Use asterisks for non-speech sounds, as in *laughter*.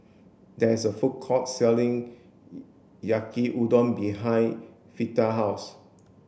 there is a food court selling *unintelligible* Yaki Udon behind Fleeta's house